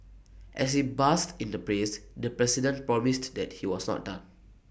as he basked in the praise the president promised that he was not done